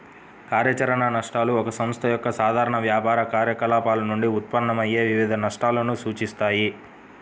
కార్యాచరణ నష్టాలు ఒక సంస్థ యొక్క సాధారణ వ్యాపార కార్యకలాపాల నుండి ఉత్పన్నమయ్యే వివిధ నష్టాలను సూచిస్తాయి